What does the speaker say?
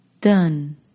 done